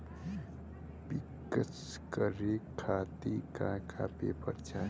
पिक्कस करे खातिर का का पेपर चाही?